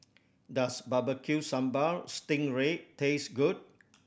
does Barbecue Sambal sting ray taste good